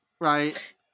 right